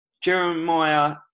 Jeremiah